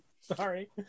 Sorry